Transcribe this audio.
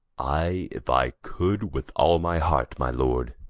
i, if i could, with all my heart, my lord.